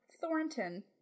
Thornton